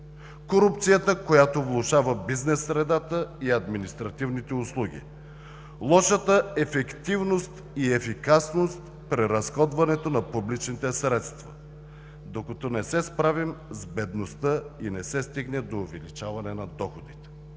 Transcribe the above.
корупцията, която влошава бизнес средата и административните услуги; лошата ефективност и ефикасност при разходването на публичните средства, докато не се справим с бедността и не се стигне до увеличаване на доходите.